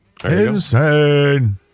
Insane